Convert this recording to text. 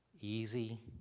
easy